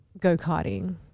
Go-karting